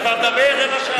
אתה מדבר כבר רבע שעה.